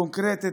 לפעמים קונקרטית,